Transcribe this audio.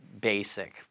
basic